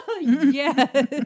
Yes